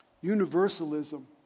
universalism